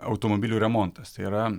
automobilių remontas tai yra